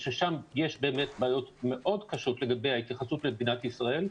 וששם יש באמת בעיות מאוד קשות לגבי ההתייחסות למדינת ישראל,